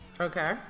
Okay